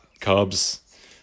Cubs